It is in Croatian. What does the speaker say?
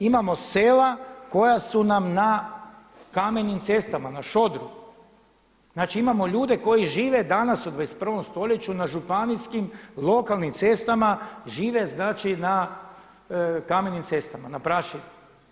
Imamo sela koja su nam na kamenim cestama, na šodru, znači imamo ljude koji žive danas u 21.stoljeću na županijskim lokalnim cestama, žive na kamenim cestama, na prašini.